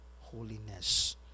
holiness